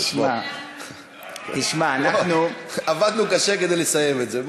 תשמע, אנחנו, עבדנו קשה כדי לסיים את זה.